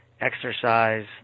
exercise